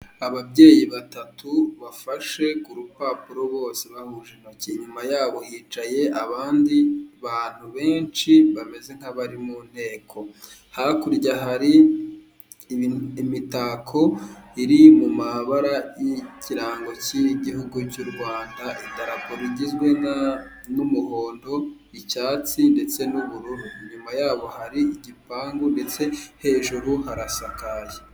Ababyeyi batatu bafashe ku rupapuro bose bahuje intoki, inyuma yabo hicaye abandi bantu benshi bameze nk'abari mu nteko, hakurya hari imitako iri mu mabara y'ikirango cy'igihugu cy'u Rwanda, idarapo rigizwe n'umuhondo, icyatsi ndetse n'ubururu, inyuma yaho hari igipangu ndetse hejuru harasakaye.